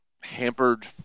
hampered